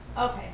Okay